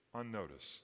unnoticed